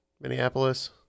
Minneapolis